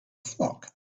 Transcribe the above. flock